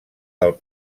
del